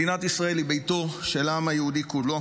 מדינת ישראל היא ביתו של העם היהודי כולו